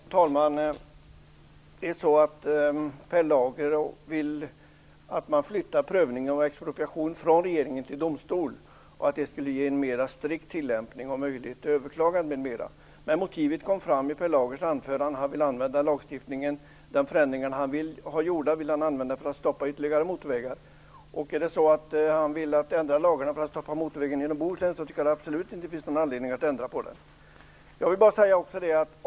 Fru talman! Per Lager vill att prövningen vid expropriation skall överflyttas från regeringen till domstol. Han menar att detta skulle ge en mera strikt tilllämpning och möjligheter till överklagning m.m. Men motivet för de förändringar som Per Lager vill ha genomförda är att stoppa ytterligare motorvägar. Om han vill ändra lagarna för att stoppa motorvägen genom Bohuslän finns det absolut inte någon anledning att genomföra en förändring.